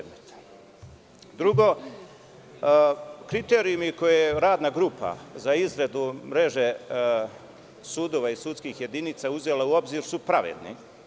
Drugo, kriterijumi koje je radna grupa za izradu mreže sudova i sudskih jedinica uzela u obzir su pravedni.